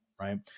Right